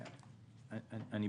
שוב,